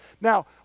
Now